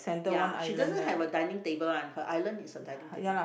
ya she doesn't have a dining table one her island is a dining table